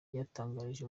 yatangarije